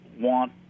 want –